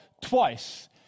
twice